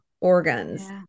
organs